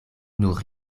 nur